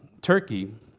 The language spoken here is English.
Turkey